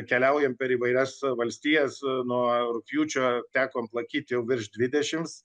keliaujant per įvairias valstijas nuo rugpjūčio teko aplankyt jau virš dvidešimt